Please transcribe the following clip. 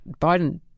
Biden